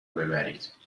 ببرید